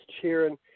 cheering